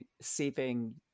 saving